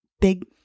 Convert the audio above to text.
big